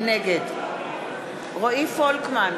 נגד רועי פולקמן,